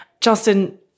Justin